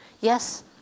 yes